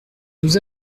nous